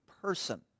person